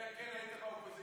אלא אם כן היית באופוזיציה.